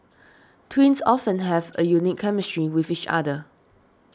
twins often have a unique chemistry with each other